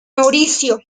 mauricio